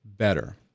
better